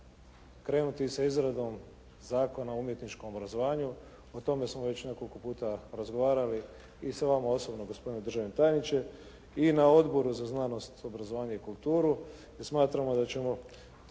krenuti sa izradom Zakona o umjetničkom obrazovanju, o tome smo već nekoliko puta razgovarali i sa vama osobno gospodine državni tajniče i na Odboru za znanost, obrazovanje i kulturu jer smatramo da ćemo